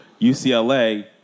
UCLA